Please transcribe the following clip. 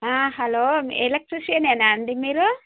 hello electrician ఏనా అండి మీరు